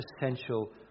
essential